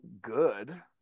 good